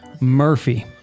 Murphy